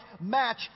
match